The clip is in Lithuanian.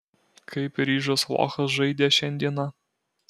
kaip ryžas lochas žaidė šiandieną